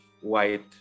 white